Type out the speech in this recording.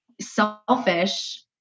selfish